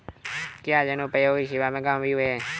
क्या जनोपयोगी सेवा गाँव में भी है?